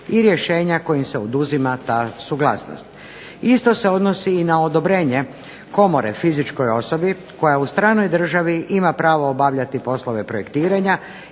i rješenja kojim se oduzima ta suglasnost. Isto se odnosi i na odobrenje Komore fizičkoj osobi koja u stranoj državi ima pravo obavljati poslove projektiranja